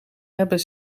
hebben